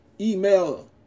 email